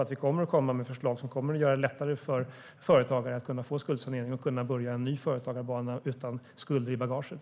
Jag kan alltså utlova förslag som gör det lättare för företagare att få skuldsanering och kunna börja en ny företagarbana utan skulder i bagaget.